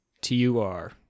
T-U-R